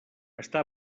està